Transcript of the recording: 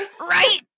Right